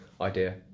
idea